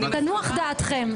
תנוח דעתכם.